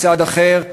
מצד אחר,